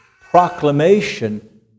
proclamation